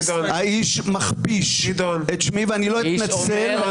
האיש מכפיש את שמי ואני לא אתנצל.